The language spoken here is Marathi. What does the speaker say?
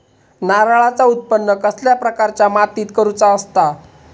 नारळाचा उत्त्पन कसल्या प्रकारच्या मातीत करूचा असता?